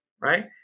Right